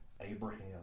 Abraham